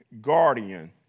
guardian